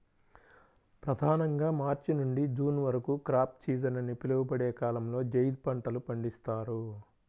ప్రధానంగా మార్చి నుండి జూన్ వరకు క్రాప్ సీజన్ అని పిలువబడే కాలంలో జైద్ పంటలు పండిస్తారు